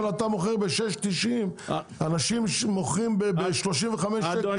אבל אתה מוכר ב-6.90 ₪, אנשים מוכרים ב-35 ₪.